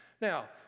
Now